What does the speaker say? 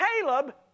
Caleb